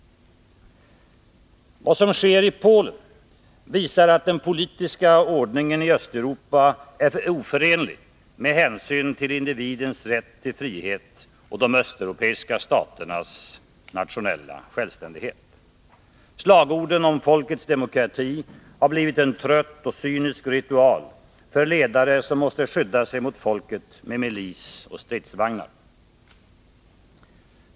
Vad som sker i Polen visar att den politiska ordningen i Östeuropa är oförenlig med hänsyn till individens rätt till frihet och de östeuropeiska staternas rätt till nationell självständighet. Slagorden om folkets demokrati har blivit en trött och cynisk ritual för ledare som måste skydda sig mot folket med milis och stridsvagnar.